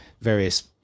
various